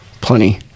Plenty